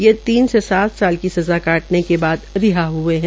ये तीन से सात साल की सज़ा काटने के बाद रिहा हये है